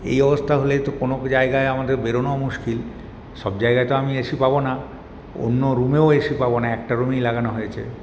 এই অবস্থা হলে তো কোন জায়গায় আমাদের বেরোনো মুশকিল সব জায়গায় তো আমি এসি পাবো না অন্য রুমেও এসি পাবো না একটা রুমেই লাগানো হয়েছে